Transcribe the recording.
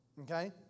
okay